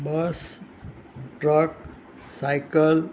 bus truck cycle